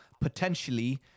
potentially